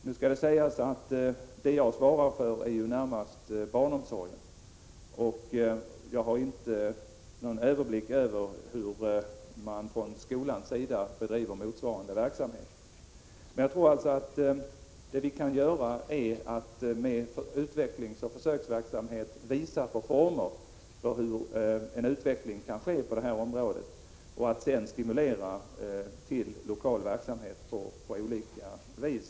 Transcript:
Nu kan det sägas att det jag svarar för närmast är barnomsorgen, och jag har inte någon överblick över hur man från skolans sida bedriver motsvarande verksamhet. Men jag tror alltså att det vi kan göra är att med utvecklingsoch försöksverksamhet visa på former för hur en utveckling kan ske på det här området och att sedan stimulera till lokal verksamhet på olika vis.